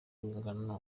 urwungano